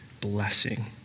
blessing